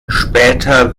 später